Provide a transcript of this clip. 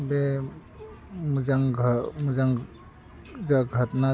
बे मोजां घाह मोजां जाह घतना जायो